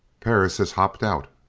perris has hopped out.